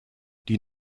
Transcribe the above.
die